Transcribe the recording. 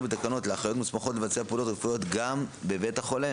בתקנות לאחיות מוסמכות לבצע פעולות רפואיות גם בבית החולה